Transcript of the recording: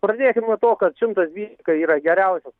pradėkim nuo to kad šimtas dvylika yra geriausias